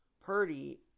Purdy